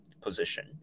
position